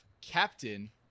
Captain